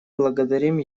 благодарим